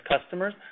customers